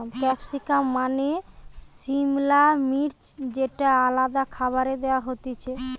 capsicum মানে সিমলা মির্চ যেটা আলাদা খাবারে দেয়া হতিছে